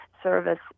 service